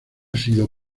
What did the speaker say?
sido